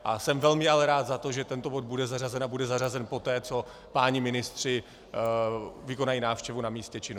Ale jsem velmi rád za to, že tento bod bude zařazen a bude zařazen poté, co páni ministři vykonají návštěvu na místě činu.